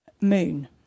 moon